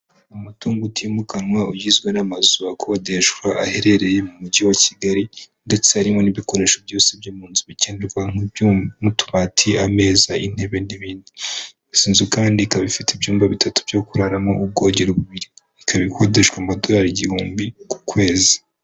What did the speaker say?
Umutungo utimukanwa ugizwe n'amazu akodeshwa aherereye mu mujyi wa Kigali ndetse harimo n'ibikoresho byose byo mu nzu bikenerwa nk'utubati, ameza, intebe, n'ibindi. Izi nzu kandi ikaba ifite ibyumba bitatu byo kuraramo, ubwogero bubiri, ikaba ikodeshwa amadorari igihumbi ku kwezi.